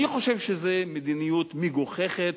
אני חושב שזאת מדיניות מגוחכת,